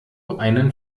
einen